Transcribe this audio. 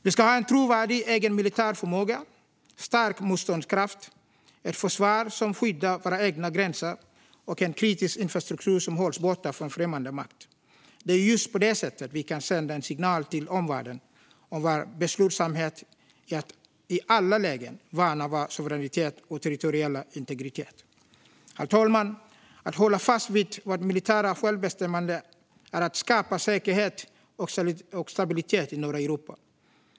Vi ska ha en trovärdig egen militär förmåga, stärkt motståndskraft, ett försvar som skyddar våra egna gränser och en kritisk infrastruktur som hålls borta från främmande makt. På det sättet sänder vi en signal till omvärlden om vår beslutsamhet att i alla lägen värna vår suveränitet och territoriella integritet. Herr talman! Att hålla fast vid vårt militära självbestämmande är att skapa säkerhet och stabilitet i norra Europa.